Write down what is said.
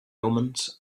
omens